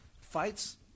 Fights